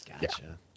Gotcha